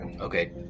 Okay